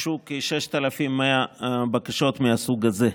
הוגשו כ-6,100 בקשות מהסוג הזה.